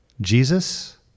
Jesus